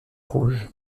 rouge